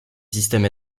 système